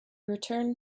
returned